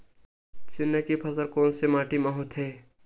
चना के फसल कोन से माटी मा होथे?